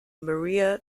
maria